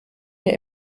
mir